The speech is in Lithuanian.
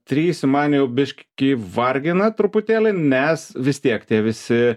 trys man jau bišk kį vargina truputėlį nes vis tiek tie visi